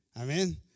Amen